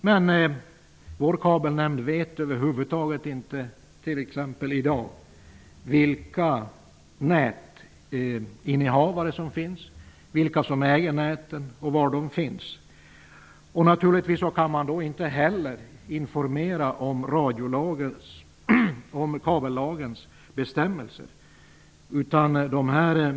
Men Kabelnämnden i Sverige vet över huvud taget inte t.ex. vilka nätinnehavare som finns, vilka som äger näten och var de finns. Naturligtvis kan man då inte heller informera om kabellagens bestämmelser.